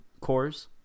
cores